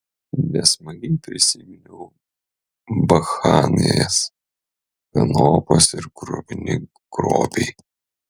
nesmagiai prisiminiau bakchanalijas kanopos ir kruvini grobiai